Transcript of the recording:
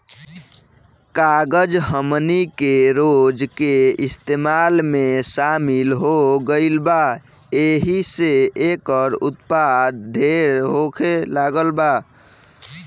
कागज हमनी के रोज के इस्तेमाल में शामिल हो गईल बा एहि से एकर उत्पाद ढेर होखे लागल बा